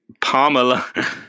Pamela